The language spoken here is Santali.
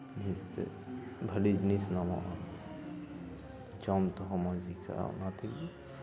ᱱᱤᱥᱪᱚᱭ ᱵᱷᱟᱞᱮ ᱡᱤᱱᱤᱥ ᱧᱟᱢᱚᱜᱼᱟ ᱡᱚᱢ ᱛᱮᱦᱚᱸ ᱢᱚᱡᱽ ᱜᱮ ᱤᱠᱟᱹᱜᱼᱟ ᱚᱱᱟ ᱛᱮᱜᱮ